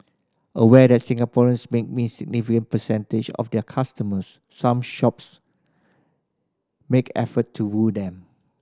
aware that Singaporeans make up a significant percentage of their customers some shops make effort to woo them